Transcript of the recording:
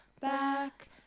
back